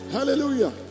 Hallelujah